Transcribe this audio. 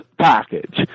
package